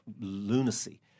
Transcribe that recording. lunacy